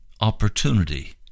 opportunity